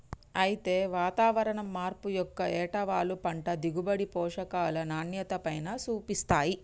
అయితే వాతావరణం మార్పు యొక్క ఏటవాలు పంట దిగుబడి, పోషకాల నాణ్యతపైన సూపిస్తాయి